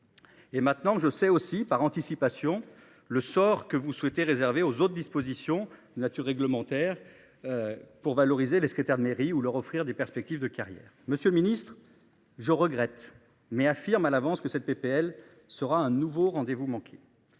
Et maintenant je sais aussi par anticipation le sort que vous souhaitez réserver aux autres dispositions de nature réglementaire. Pour valoriser les secrétaires de mairie ou leur offrir des perspectives de carrière. Monsieur le Ministre, je regrette mais affirme à l'avance que cette PPL sera un nouveau rendez-vous manqué.